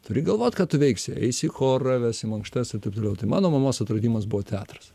turi galvot ką tu veiksi eisi į chorą vesi mankštas ir taip toliau tai mano mamos atradimas buvo teatras